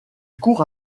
court